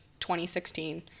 2016